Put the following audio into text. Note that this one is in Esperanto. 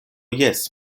jes